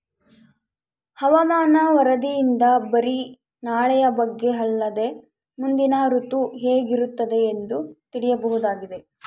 ಹವಾಮಾನ ವರದಿಯಿಂದ ಬರಿ ನಾಳೆಯ ಬಗ್ಗೆ ಅಲ್ಲದೆ ಮುಂದಿನ ಋತು ಹೇಗಿರುತ್ತದೆಯೆಂದು ತಿಳಿಯಬಹುದಾಗಿದೆ